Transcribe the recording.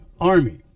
army